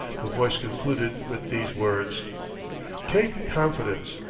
the voice concluded with these words take confidence,